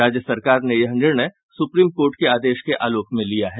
राज्य सरकार ने यह निर्णय सुप्रीम कोर्ट के आदेश के आलोक में लिया है